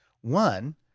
One